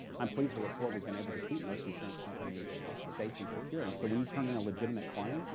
i'm pleased to report, we've been able to keep most insurance companies safe and secure. and so when you turn in a legitimate claim, you